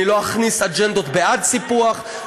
אני לא אכניס אג'נדות בעד סיפוח,